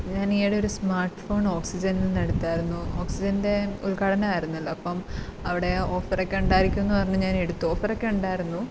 ഞാനീയിടെയൊരു smart ഫോണോക്സിജനിൽ നിന്നെടുത്തായിരുന്നു ഓക്സിജൻ്റെ ഉൽഘാടനമായിരുന്നല്ലോ അപ്പോള് അവിടെ ഓഫറൊക്കെ ഉണ്ടായിരിക്കുമെന്ന് പറഞ്ഞ് ഞാനെടുത്തു ഓഫറക്കെണ്ടായിരുന്നു